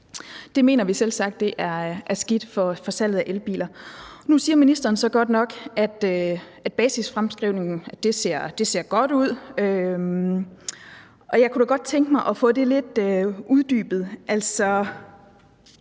Det mener vi selvsagt er skidt for salget af elbiler. Nu siger ministeren så godt nok, at det ser godt ud med basisfremskrivningen, og jeg kunne da godt tænke mig at få det lidt uddybet.